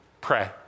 Pray